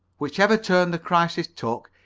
whichever turn the crisis took,